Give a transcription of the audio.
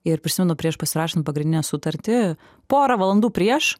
ir prisimenu prieš pasirašant pagrindinę sutartį porą valandų prieš